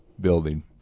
building